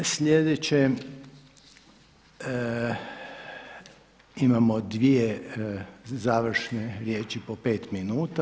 Sljedeće imamo dvije završne riječi po pet minuta.